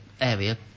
area